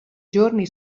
giorni